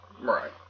Right